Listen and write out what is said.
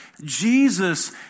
Jesus